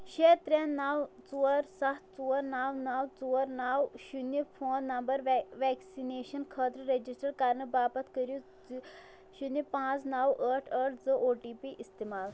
شےٚ ترٛےٚ نَو ژور سَتھ ژور نَو نَو ژور نَو شُنیہِ فون نمبَر وٮ۪کسِنیشن خٲطرٕ ریٚجِسٹَر کرنہٕ باپتھ کٔرِو زِ شُنیہِ پانٛژھ نَو ٲٹھ ٲٹھ زٕ او ٹی پی استعمال